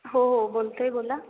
हो हो बोलतो आहे बोला